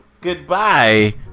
Goodbye